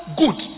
good